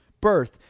birth